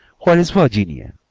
where is virginia?